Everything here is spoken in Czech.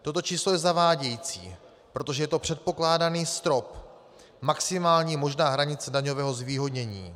Toto číslo je zavádějící, protože je to předpokládaný strop, maximální možná hranice daňového zvýhodnění.